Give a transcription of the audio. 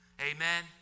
Amen